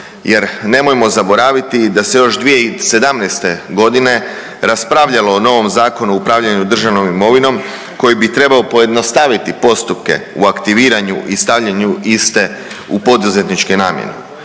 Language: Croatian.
jer, nemojmo zaboraviti i da se još 2017. g. raspravljalo o novom Zakonu o upravljanju državnom imovinom koji bi trebao pojednostaviti postupke u aktiviranju i stavljanju iste u poduzetničke namjene.